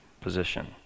position